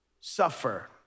suffer